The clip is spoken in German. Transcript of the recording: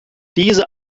diese